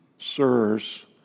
Sirs